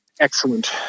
excellent